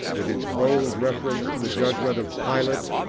with its bold reference to the judgment of pilate,